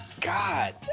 God